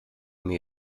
mir